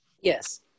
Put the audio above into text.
yes